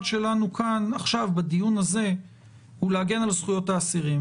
שלנו כאן עכשיו בדיון הזה הוא להגן על זכויות האסירים.